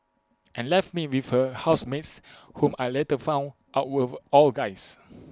and left me with her housemates whom I later found out were all guys